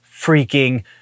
freaking